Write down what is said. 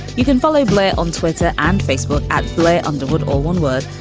you can follow blay on twitter and facebook at blair underwood. all one word.